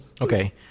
okay